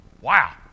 Wow